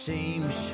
Seems